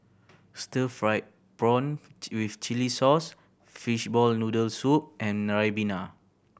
stir fried prawn with chili sauce fishball noodle soup and ribena